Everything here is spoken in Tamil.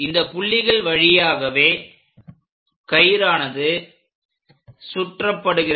இந்த புள்ளிகள் வழியாகவே கயிறானது சுற்றப்படுகிறது